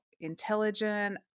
intelligent